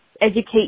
Educate